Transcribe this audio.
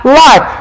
life